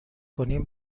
کنیم